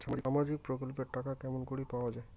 সামাজিক প্রকল্পের টাকা কেমন করি পাওয়া যায়?